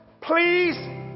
Please